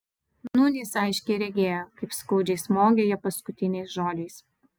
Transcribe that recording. nūn jis aiškiai regėjo kaip skaudžiai smogė ją paskutiniais žodžiais